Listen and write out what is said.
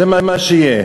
זה מה שיהיה.